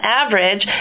average